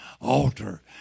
altar